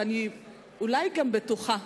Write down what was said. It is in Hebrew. ואולי גם בטוחה,